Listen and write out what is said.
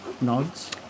nods